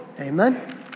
Amen